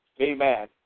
Amen